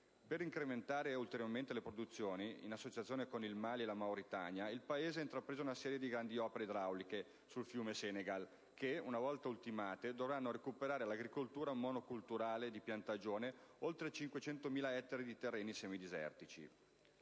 per incrementare ulteriormente le produzioni, in associazione con il Mali e la Mauritania, il Paese ha intrapreso una serie di grandi opere idrauliche sul fiume Senegal che, una volta ultimate, dovranno recuperare all'agricoltura monocolturale di piantagione oltre 500.000 ettari di terreni semidesertici.